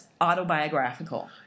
autobiographical